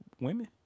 women